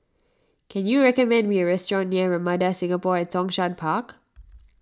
can you recommend me a restaurant near Ramada Singapore at Zhongshan Park